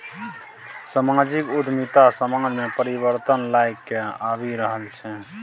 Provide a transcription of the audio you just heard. समाजिक उद्यमिता समाज मे परिबर्तन लए कए आबि रहल छै